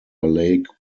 lake